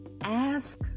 Ask